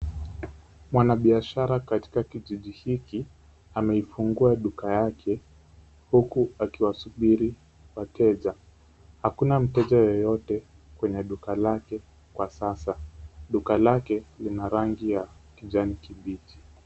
Mwana biashara katika kijiji hiki ameifungua duka yake huku akiwasubiri wateja. Hakuna mteja yeyote kwenye duka lake kwa sasa. Duka lake lina rangi ya kijani kibichi.